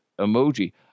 emoji